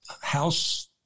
House